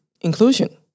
inclusion